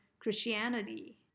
Christianity